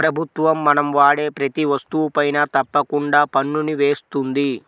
ప్రభుత్వం మనం వాడే ప్రతీ వస్తువుపైనా తప్పకుండా పన్నుని వేస్తుంది